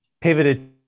pivoted